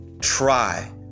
Try